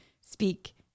speak